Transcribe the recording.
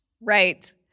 Right